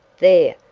there,